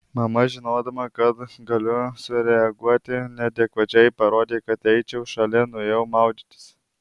mama žinodama kad galiu sureaguoti neadekvačiai parodė kad eičiau šalin nuėjau maudytis